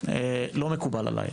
לא מקובל עליי,